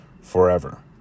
forever